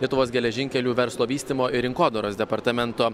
lietuvos geležinkelių verslo vystymo ir rinkodaros departamento